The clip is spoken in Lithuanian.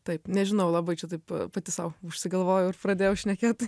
taip nežinau labai čia taip pati sau užsigalvojau ir pradėjau šnekėt